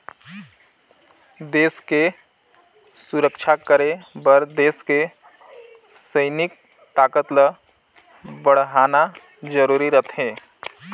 देस के सुरक्छा करे बर देस के सइनिक ताकत ल बड़हाना जरूरी रथें